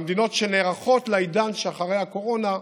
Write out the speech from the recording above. מהמדינות שנערכות לעידן שאחרי הקורונה,